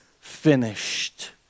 finished